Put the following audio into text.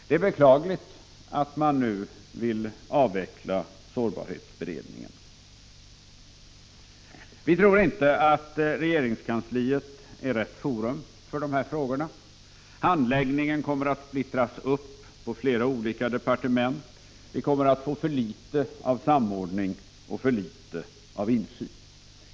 Det är beklagligt att man nu vill avveckla sårbarhetsberedningen. Jag tror inte att regeringskansliet är rätt forum för de här frågorna. Handläggningen kommer att splittras upp på flera olika departement. Vi kommer att få för litet av samordning och för litet av insyn.